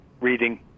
reading